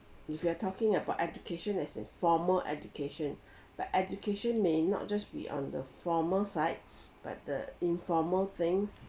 if you are talking about education as the formal education but education may not just be on the formal side but the informal things